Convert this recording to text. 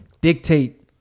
dictate